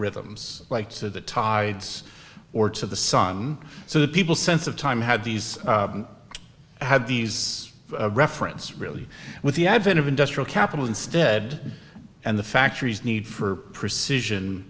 rhythms like to the tides or to the sun so the people sense of time had these had these reference really with the advent of industrial capital instead and the factories need for precision